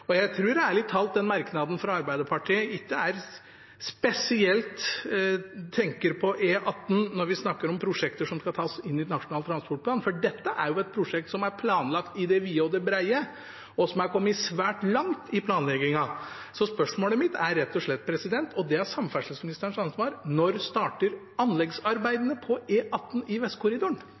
vedtar. Jeg tror ærlig talt man i merknaden fra Arbeiderpartiet ikke spesielt tenker på E18 når vi snakker om prosjekter som skal tas inn i Nasjonal transportplan, for dette er jo et prosjekt som er planlagt i det vide og det breie, og som er kommet svært langt i planleggingen. Spørsmålet mitt er rett og slett – og det er samferdselsministerens ansvar: Når starter anleggsarbeidene på E18 Vestkorridoren? Det er heilt rett at eg er ansvarleg for det som skjer i